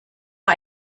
war